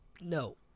No